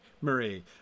Marie